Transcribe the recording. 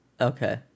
Okay